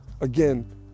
again